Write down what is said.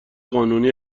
قانونی